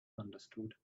understood